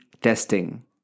testing